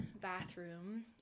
bathroom